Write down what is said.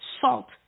salt